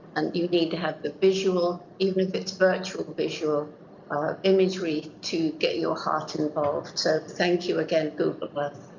and you need to have the visual, even if it's virtual visual imagery to get your heart involved. so thank you again google earth.